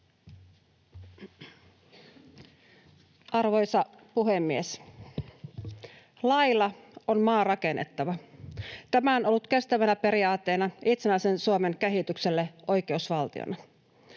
Arvoisa puhemies! Laeilla on maa rakennettava. Tämä on ollut kestävänä periaatteena itsenäisen Suomen kehitykselle oi-keusvaltiona.